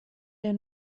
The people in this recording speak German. der